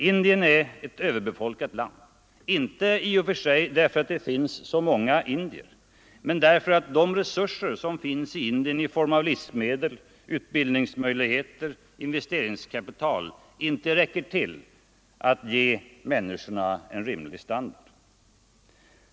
Indien är ett överbefolkat land, inte i och för sig därför att det finns så många indier, men därför att de resurser som finns i Indien i form av livsmedel, utbildningsmöjligheter och investeringskapital inte räcker till att ge människorna en rimlig standard.